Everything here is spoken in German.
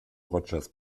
rogers